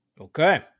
Okay